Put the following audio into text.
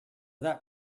that